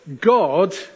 God